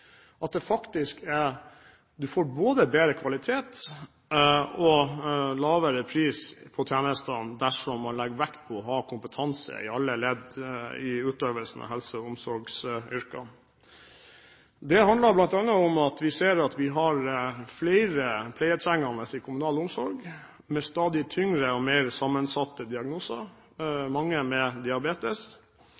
at man faktisk får både bedre kvalitet og lavere pris på tjenestene dersom man legger vekt på å ha kompetanse i alle ledd i utøvelsen av helse- og omsorgsyrkene. Det handler bl.a. om at vi ser at vi har flere pleietrengende i kommunal omsorg, med stadig tyngre og mer sammensatte diagnoser.